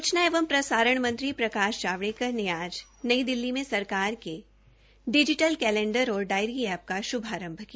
सूचना एवं प्रसारण मंत्री प्रकाश जावड़ेकर ने आज नई दिल्ली में सरकार के डिजीटल कैलेंडर और डायरी एप्प का श्भारंभ किया